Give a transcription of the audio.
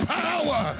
power